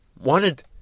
wanted